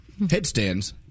Headstands